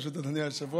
פשוט "אדוני היושב-ראש".